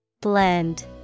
Blend